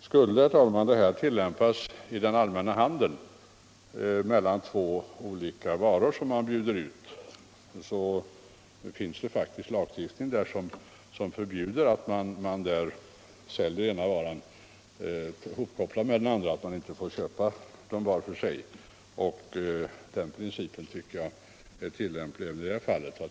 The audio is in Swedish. Skulle, herr talman, motsvarande förfarande tillämpas i den allmänna handeln beträffande två olika varor som bjuds ut finns det faktiskt lagstiftning som förbjuder att den ena varan säljs hopkopplad med den andra och att de inte kan köpas var för sig. Den principen tycker jag är tillämplig även här.